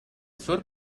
sur